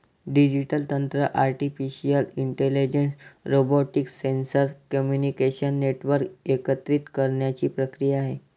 digital तंत्र artificial intelligence, robotics, sensor, communication network एकत्रित करण्याची प्रक्रिया आहे